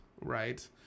right